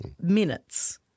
minutes